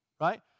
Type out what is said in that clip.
right